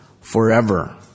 forever